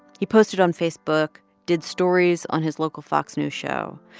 he posted on facebook, did stories on his local fox news show,